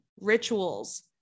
rituals